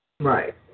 Right